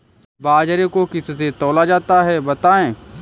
बाजरे को किससे तौला जाता है बताएँ?